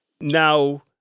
Now